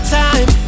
time